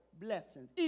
blessings